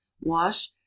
wash